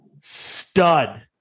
stud